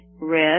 red